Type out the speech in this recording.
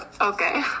okay